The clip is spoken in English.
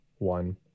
One